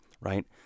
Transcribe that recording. right